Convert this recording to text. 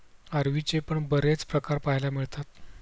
अरवीचे पण बरेच प्रकार पाहायला मिळतात